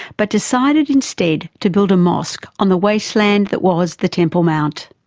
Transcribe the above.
but decided instead to build a mosque on the wasteland that was the temple mount.